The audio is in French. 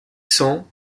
cents